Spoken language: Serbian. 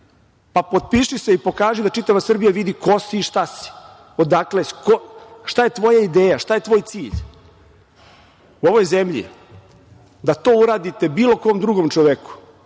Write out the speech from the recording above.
radiš. Potpiši se i pokaži da čitava Srbija vidi ko si i šta si, odakle si, šta je tvoja ideja, šta je tvoj cilj.U ovoj zemlji da to uradite bilo kom drugom čoveku,